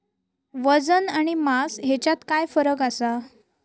वजन आणि मास हेच्यात फरक काय आसा?